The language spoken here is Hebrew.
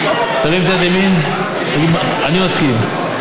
תרים את יד ימין: אני מסכים.